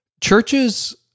Churches